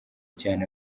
cyane